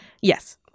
Yes